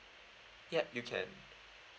yup you can